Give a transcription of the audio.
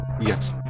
Yes